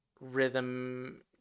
rhythm